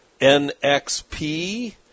NXP